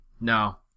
No